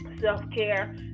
self-care